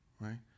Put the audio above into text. right